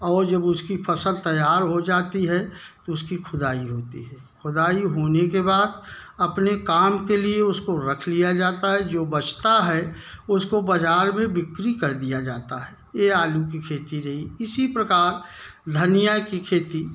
और जब उसकी फ़सल तैयार हो जाती है उसकी खुदाई होती है खुदाई होने के बाद अपने काम के लिए उसको रख लिया जाता है जो बचता है उसको बाजार में बिक्री कर दिया जाता है ये आलू की खेती रही इसी प्रकार धनिया की खेती